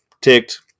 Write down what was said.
ticked